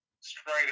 straight